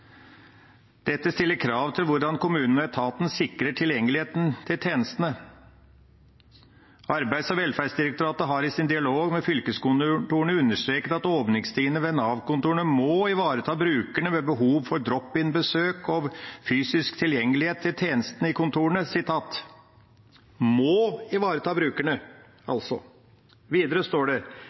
Dette stiller krav til hvordan kommunen og etaten sikrer tilgjengeligheten til tjenestene. Arbeids- og velferdsdirektoratet har i sin dialog med fylkeskontorene understreket at åpningstider på NAV-kontorene må ivareta brukerne med behov for drop-in-besøk og fysisk tilgjengelighet til tjenester i kontorene.» –«… må ivareta brukerne», altså. Videre står det: